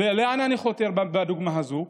לאן אני חותר בדוגמה הזו?